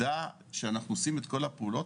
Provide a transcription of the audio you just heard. לא אגיד את דעתי.